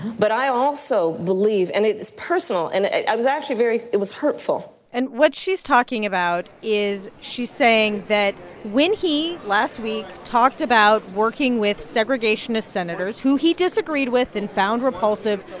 but i also believe and it is personal, and i was actually very it was hurtful and what she's talking about is she's saying that when he, last week, talked about working with segregationist senators who he disagreed with and found repulsive,